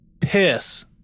Piss